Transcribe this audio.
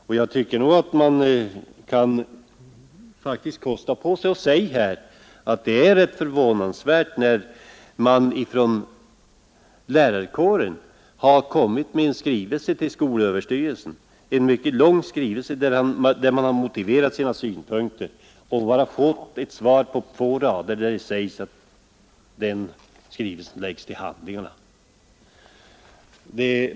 Man borde här kunna kosta på sig att säga att det är rätt förvånansvärt att skolöverstyrelsen sedan den från lärarkåren fått en mycket lång skrivelse, där lärarkårens synpunkter motiverats, lämnar ett svar på bara två rader, där det sägs att skrivelsen läggs till handlingarna.